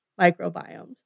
microbiomes